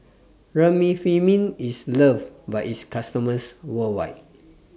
Remifemin IS loved By its customers worldwide